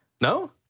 No